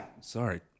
sorry